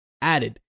added